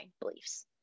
beliefs